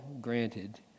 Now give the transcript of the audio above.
granted